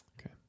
Okay